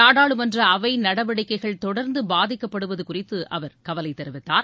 நாடாளுமன்ற அவை நடவடிக்கைகள் தொடர்ந்து பாதிக்கப்படுவது குறித்து அவர் கவலை கெரிவிக்கார்